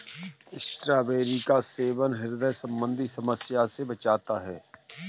strawberry का सेवन ह्रदय संबंधी समस्या से बचाता है